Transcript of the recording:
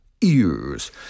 ears